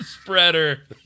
spreader